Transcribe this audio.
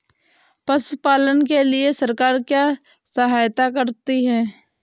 पशु पालन के लिए सरकार क्या सहायता करती है?